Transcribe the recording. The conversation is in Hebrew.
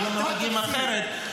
היו נוהגים אחרת,